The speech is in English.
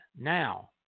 now